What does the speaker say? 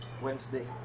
Wednesday